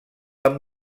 amb